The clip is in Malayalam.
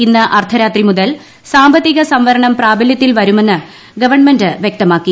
ഇന്ന് അർദ്ധരാത്രി മുതൽ സാമ്പത്തിക സംവരണം പ്രാബല്യത്തിൽ വരുമെന്ന് ഗവൺമെന്റ് വ്യക്തമാക്കി